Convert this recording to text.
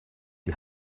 die